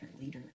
leader